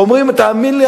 שאומרים: תאמין לי,